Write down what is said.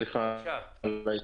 סליחה על העיכוב.